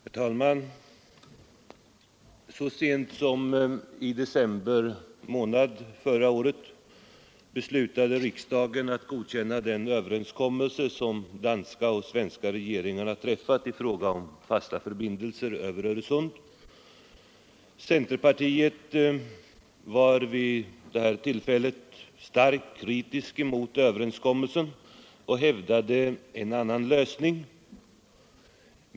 Herr talman! Så sent som i december månad förra året beslutade riksdagen att godkänna den överenskommelse som danska och svenska regeringarna träffat i frågan om fasta förbindelser över Öresund. Centerpartiet var vid detta tillfälle starkt kritiskt mot överenskommelsen och hävdade en annan lösning.